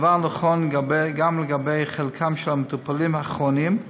הדבר נכון גם לגבי חלקם של המטופלים הכרוניים,